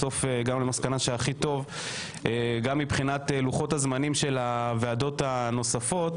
בסוף הגענו למסקנה שהכי טוב גם מבחינת לוחות הזמנים של הוועדות הנוספות,